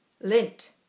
Lint